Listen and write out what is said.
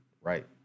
right